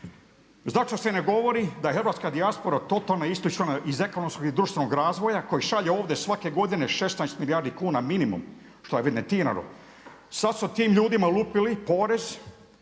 Zašto se ne govori da je hrvatska dijaspora totalno isključena iz ekonomskog i društvenog razvoja koji šalje ovdje svake godine 16 milijardi kuna minimum što je evidentirano. Sad su tim ljudima lupili porez,